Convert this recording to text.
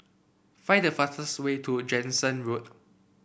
find the fastest way to Jansen Road